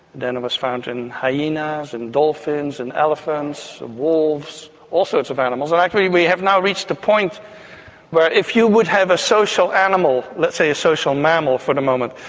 then it was found in hyenas, in dolphins, and elephants, wolves, all sorts of animals. and actually we have now reached a point where if you would have a social animal, let's say a social mammal for the moment,